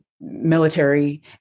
military